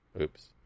oops